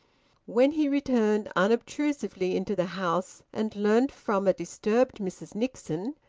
when he returned unobtrusively into the house and learnt from a disturbed mrs nixon,